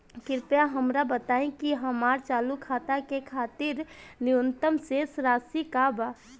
कृपया हमरा बताइ कि हमार चालू खाता के खातिर न्यूनतम शेष राशि का बा